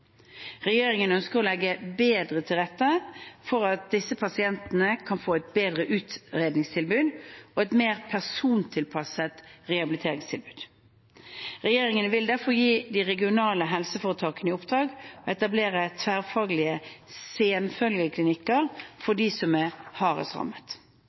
Regjeringen ønsker å legge bedre til rette for at disse pasientene kan få et bedre utredningstilbud og et mer persontilpasset rehabiliteringstilbud. Regjeringen vil derfor gi de regionale helseforetakene i oppdrag å etablere tverrfaglige senfølgeklinikker